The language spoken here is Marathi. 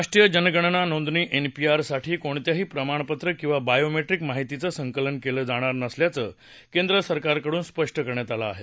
राष्ट्रीय जनगणना नोंदणी एन पी आर साठी कोणत्याही प्रमाणपत्र किंवा बायोमॅट्रिक माहितीचं संकलन केलं जाणार नसल्याचं केंद्रसरकारकडून स्पष्ट करण्यात आलं आहे